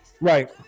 Right